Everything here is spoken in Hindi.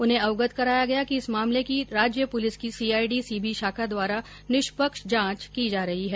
उन्हें अवगत कराया गया कि इस मामले की राज्य पुलिस की सीआईडी सीबी शाखा द्वारा निष्पक्ष जांच की जा रही है